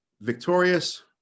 victorious